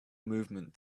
movement